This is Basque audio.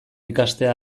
ikastea